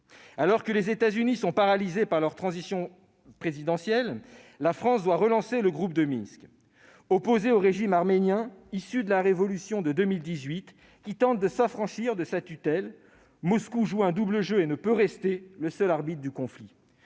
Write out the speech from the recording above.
Alors que les États-Unis sont paralysés par leur transition présidentielle, la France doit relancer le groupe de Minsk. Opposé au régime arménien issu de la révolution de 2018, qui tente de s'affranchir de sa tutelle, Moscou joue un double jeu et ne peut rester le seul arbitre du conflit,